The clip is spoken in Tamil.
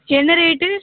என்ன ரேட்டு